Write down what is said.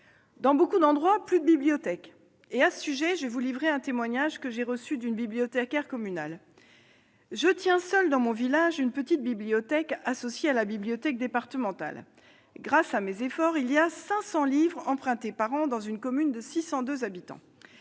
Dans beaucoup d'endroits, il n'y aurait plus de bibliothèques. À ce sujet, je vous livre un témoignage que j'ai reçu d'une bibliothécaire communale :« Je tiens seule dans mon village une petite bibliothèque associée à la bibliothèque départementale. Grâce à mes efforts, 500 livres par an sont empruntés dans une commune de 602 habitants.